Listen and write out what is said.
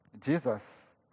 Jesus